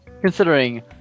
considering